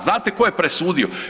Znate tko je presudio?